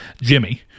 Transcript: Jimmy